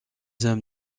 hommes